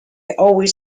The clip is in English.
always